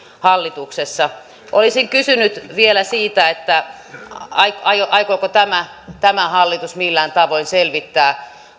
hallituksessa olisin kysynyt vielä siitä aikooko tämä tämä hallitus millään tavoin selvittää